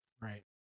Right